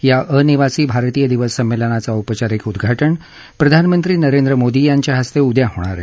या अनिवासी भारतीय दिवस संमेलनाचं औपचारीक उद्घाज प्रधानमंत्री नरेंद्र मोदी यांच्या हस्ते उद्या होणार आहे